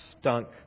stunk